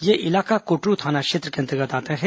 यह इलाका कुटरू थाना क्षेत्र के अंतर्गत आता है